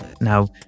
now